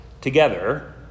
together